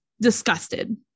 disgusted